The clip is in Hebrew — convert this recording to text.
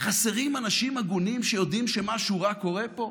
חסרים אנשים הגונים שיודעים שמשהו רע קורה פה?